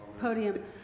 podium